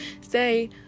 Say